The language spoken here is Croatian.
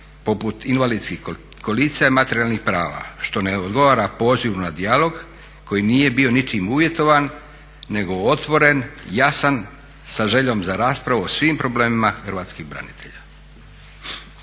poput invalidskih kolica i materijalnih prava što ne odgovara pozivu na dijalog koji nije bio ničim uvjetovan, nego otvoren, jasan sa željom za raspravom o svim problemima hrvatskih branitelja.